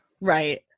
Right